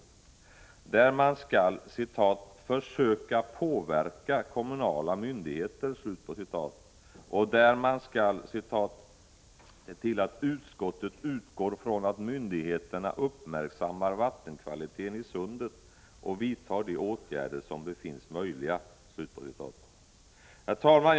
Utskottet säger att man skall ”försöka påverka kommunala myndigheter” och ”utgår från att myndigheterna uppmärksammar vattenkvaliteten i sundet och vidtar de åtgärder som befinns möjliga”. Herr talman!